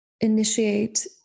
initiate